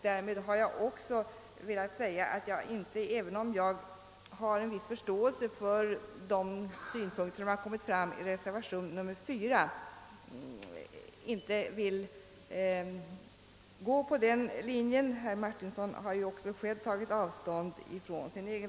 Därmed har jag velat säga att jag, även om jag har en viss förståelse för de synpunkter som har kommit fram i reservationen 4, inte vill följa den linjen; herr Martinsson har ju för övrigt själv tagit avstånd från sin reservation.